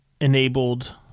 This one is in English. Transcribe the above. enabled